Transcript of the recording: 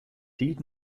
tiid